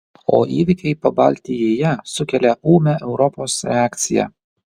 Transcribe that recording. o įvykiai pabaltijyje sukelia ūmią europos reakciją